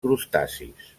crustacis